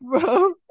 bro